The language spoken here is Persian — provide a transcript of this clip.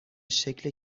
شکل